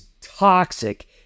toxic